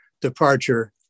departure